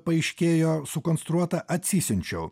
paaiškėjo sukonstruotą atsisiunčiau